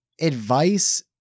advice